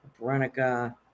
Veronica